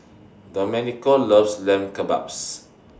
Domenico loves Lamb Kebabs